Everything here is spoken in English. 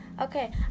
okay